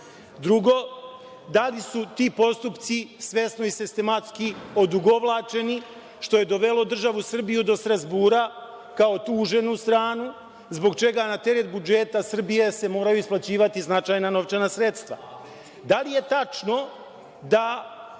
Drugo – da li su ti postupci svesno i sistematski odugovlačeni, što je dovelo državu Srbiju do Strazbura, kao tuženu stranu, zbog čega na teret budžeta Srbije se moraju isplaćivati značajna novčana sredstva? Da li je tačno da